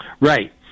Right